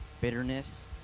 bitterness